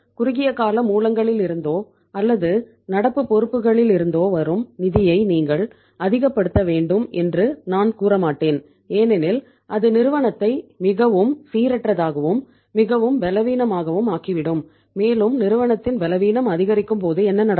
குறுகிய கால மூலங்களிலிருந்தோ அல்லது நடப்பு பொறுப்புகளிலிருந்தோ வரும் நிதியை நீங்கள் அதிகப்படுத்த வேண்டும் என்று நான் கூறமாட்டேன் ஏனெனில் இது நிறுவனத்தை மிகவும் சீரற்றதாகவும் மிகவும் பலவீனமாகவும் ஆக்கிவிடும் மேலும் நிறுவனத்தின் பலவீனம் அதிகரிக்கும் போது என்ன நடக்கும்